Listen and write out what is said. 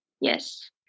Yes